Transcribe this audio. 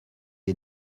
est